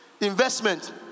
Investment